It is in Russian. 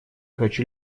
хочу